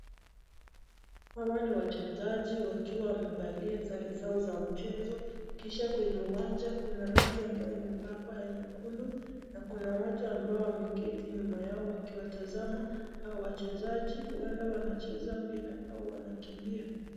Hawa ni wachezaji wakiwa wamevaa sare za mchezo. Kisha kwenye uwanja kuna rangi ambayo imepakwa ya nyekundu na kuna watu ambao wameketi nyuma yao wakiwatazama hawa wachezaji. Huenda wanacheza mpira au wanakimbia.